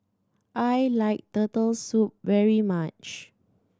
I like Turtle Soup very much